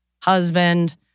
husband